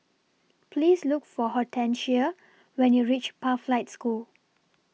Please Look For Hortencia when YOU REACH Pathlight School